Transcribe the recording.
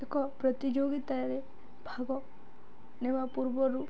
ଏକ ପ୍ରତିଯୋଗିତାରେ ଭାଗ ନେବା ପୂର୍ବରୁ